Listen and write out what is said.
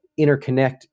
interconnect